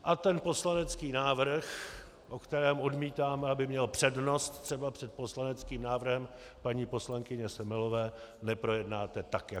A ten poslanecký návrh, o kterém odmítáme, aby měl přednost třeba před poslaneckým návrhem paní poslankyně Semelové, neprojednáte tak jako tak.